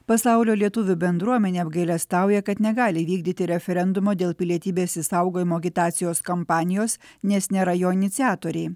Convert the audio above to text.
pasaulio lietuvių bendruomenė apgailestauja kad negali įvykdyti referendumo dėl pilietybės išsaugojimo agitacijos kampanijos nes nėra jo iniciatoriai